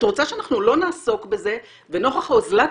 את רוצה שאנחנו לא נעסוק בזה ונוכח אוזלת